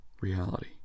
reality